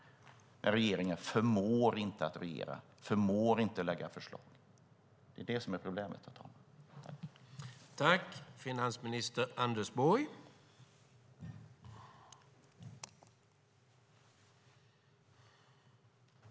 Men regeringen förmår inte regera, förmår inte lägga fram förslag. Det är det som är problemet, herr talman.